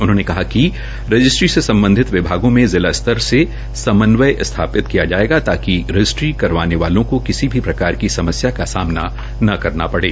उन्होंने कहा कि रजिस्ट्री से संबंधित विभागों में जिला स्तर से समन्वय स्थापित किया जाएगा ताकि रजिस्ट्री करवाने वाले लोगों को किसी प्रकार की समस्या का सामना न करना पड़े